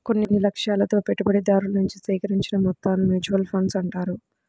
కొన్ని లక్ష్యాలతో పెట్టుబడిదారుల నుంచి సేకరించిన మొత్తాలను మ్యూచువల్ ఫండ్స్ అంటారు